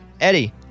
Eddie